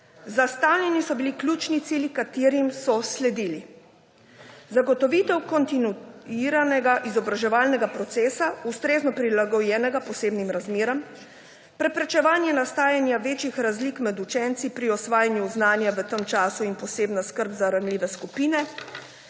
Zastavljeni so bili ključni cilji, ki so jim sledili: zagotovitev kontinuiranega izobraževalnega procesa, ustrezno prilagojenega posebnim razmeram, preprečevanje nastajanja večjih razlik med učenci pri usvajanju znanja v tem času in posebna skrb za ranljive skupine,